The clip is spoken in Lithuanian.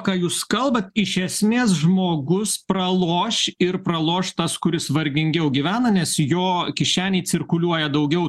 ką jūs kalbat iš esmės žmogus praloš ir praloš tas kuris vargingiau gyvena nes jo kišenėj cirkuliuoja daugiau